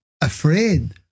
afraid